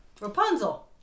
Rapunzel